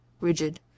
rigid